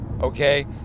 Okay